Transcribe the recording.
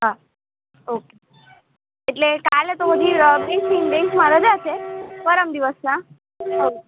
હા ઓકે એટલે કાલે તો હજી બે દીની બેંકમાં રજા છે પરમ દીવસના આવજો